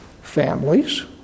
families